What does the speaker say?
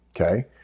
okay